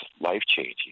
life-changing